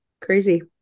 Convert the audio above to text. Crazy